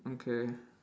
okay